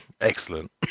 Excellent